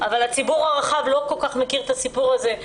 אבל הציבור הרחב לא כל כך מכיר את הסיפור הזה,